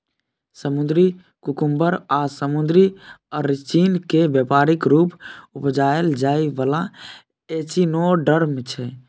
समुद्री कुकुम्बर आ समुद्री अरचिन केँ बेपारिक रुप उपजाएल जाइ बला एचिनोडर्म छै